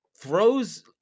throws